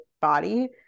body